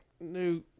new